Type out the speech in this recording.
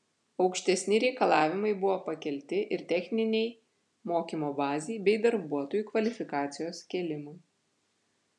aukštesni reikalavimai buvo pakelti ir techninei mokymo bazei bei darbuotojų kvalifikacijos kėlimui